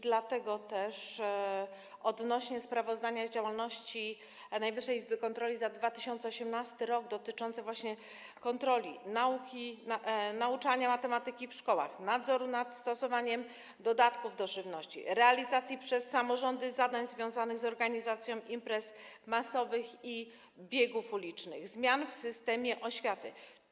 Dlatego chciałam zapytać odnośnie do sprawozdania z działalności Najwyższej Izby Kontroli za 2018 r., chodzi o kontrolę nauki, nauczania matematyki w szkołach, nadzór nad stosowaniem dodatków do żywności, realizację przez samorządy zadań związanych z organizacją imprez masowych i biegów ulicznych, zmian w systemie oświaty.